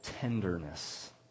tenderness